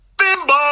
Bimbo